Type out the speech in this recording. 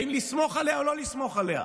האם לסמוך עליה או לא לסמוך עליה.